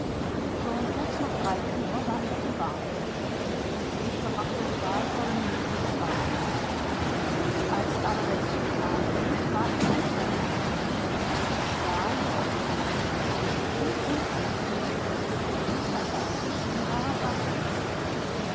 kurz nach drei uhr war ich auf dem bahnhof ich verbrachte qualvolle minuten des wartens als aber der zug einlief war ich ganz ruhig ich sah joachim an einem fenster stehen und winkte ihm zu als er ausgestiegen war sagte ich